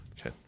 Okay